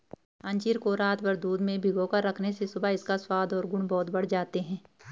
अंजीर को रातभर दूध में भिगोकर रखने से सुबह इसका स्वाद और गुण बहुत बढ़ जाते हैं